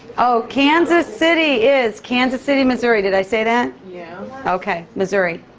oh. kansas city is kansas city, missouri. did i say that? yeah. okay. missouri.